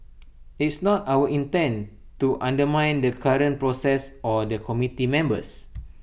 it's not our intent to undermine the current process or the committee members